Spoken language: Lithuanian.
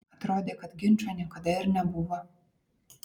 atrodė kad ginčo niekada ir nebuvo